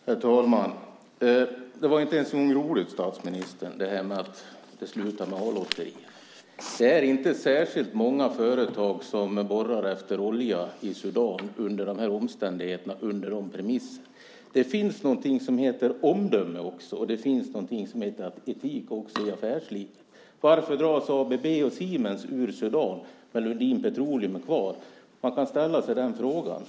Herr talman! Det var inte ens en gång roligt, statsministern, det här med att det slutar med A-lotteriet. Det är inte särskilt många företag som borrar efter olja i Sudan under de här omständigheterna och under de här premisserna. Det finns någonting som heter omdöme också. Och det finns någonting som heter etik också i affärslivet. Varför drar sig ABB och Siemens ur Sudan, medan Lundin Petroleum är kvar? Man kan ställa sig den frågan.